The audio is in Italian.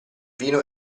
vino